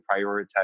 prioritize